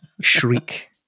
shriek